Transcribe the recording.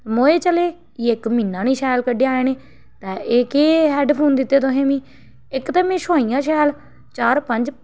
मोए चले एह् इक म्हीना नी शैल कड्डेआ इ'नें ते एह् केह् हैडफोन दित्ते तुसें मिगी इक तां में छोआइयां शैल चार पंज